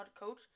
coach